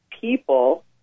people